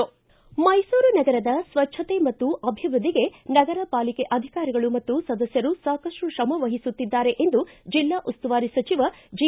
ಮೈಸೂರು ನಗರದ ಸ್ವಚ್ಛಕತೆ ಮತ್ತು ಅಭಿವೃದ್ಧಿಗೆ ನಗರ ಪಾಲಿಕೆ ಅಧಿಕಾರಿಗಳು ಮತ್ತು ಸದಸ್ಯರು ಸಾಕಷ್ಟು ತ್ರಮವಹಿಸುತ್ತಿದ್ದಾರೆ ಎಂದು ಜಿಲ್ಲಾ ಉಸ್ತುವಾರಿ ಸಚಿವ ಜಿ